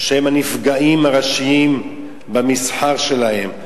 שהם הנפגעים הראשיים במסחר שלהם.